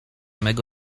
mego